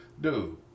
Dude